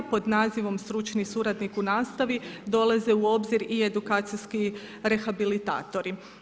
Pod nazivom stručni suradnik u nastavi dolaze u obzir i edukacijski rehabilitatori.